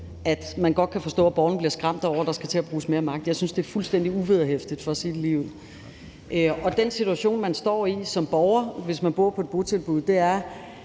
at man godt kan forstå, at borgerne bliver skræmte over, at der skal til at bruges mere magt. Jeg synes, det er fuldstændig uvederhæftigt – for at sige det ligeud. I den situation, man står i som borger, hvis man f.eks. bor på et botilbud og er